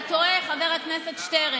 אתה טועה, חבר הכנסת שטרן.